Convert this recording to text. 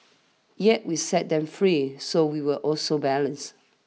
yet we set them free so we were also balanced